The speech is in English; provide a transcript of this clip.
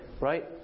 right